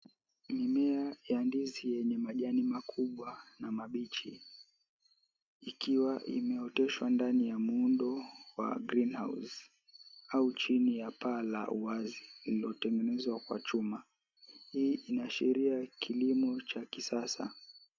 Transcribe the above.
Mimea ya ndizi yenye majani makubwa na mabichi ikiwa imeoteshwa ndani ya muundo wa cs[ greenhouse]cs au chini ya paa la wazi uliotengenezwa kwa chuma. Hii inaashiria kilimo cha kisasa.